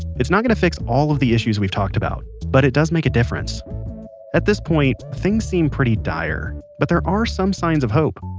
it's not going to fix all of the issues we've talked about, but it does make a difference at this point, things seem pretty dire, but there are some signs of hope.